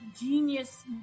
genius